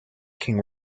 king